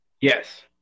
Yes